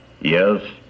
Yes